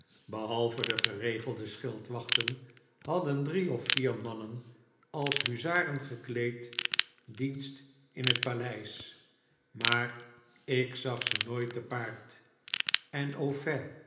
behalve de geregelde schildwachten hadden drie of vier mannen als huzaren gekleed dienst in het paleis maar ik zag ze nooit te paard en au